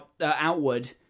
outward